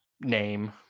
name